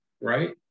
right